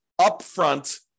upfront